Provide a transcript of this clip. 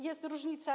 Jest różnica?